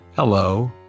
Hello